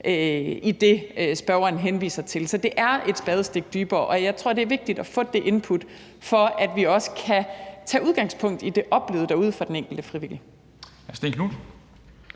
af det, spørgeren henviser til. Så det er et spadestik dybere. Og jeg tror, det er vigtigt at få det input, for at vi også kan tage udgangspunkt i det oplevede for den enkelte frivillige